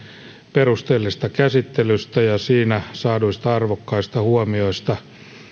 perusteellisesta käsittelystä ja siitä saaduista arvokkaista huomioista